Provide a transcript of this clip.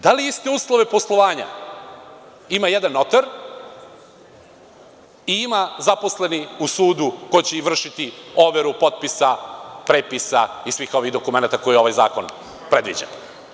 Da li iste uslove poslovanja ima jedan notar i ima zaposleni u sudu ko će i vršiti overu potpisa, prepisa i svih ovih dokumenata koje ovaj zakon predviđa?